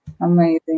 Amazing